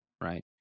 Right